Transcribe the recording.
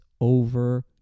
over